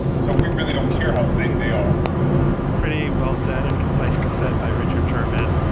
so we really don't care how safe they are pretty well said and concisely said by richard sherman.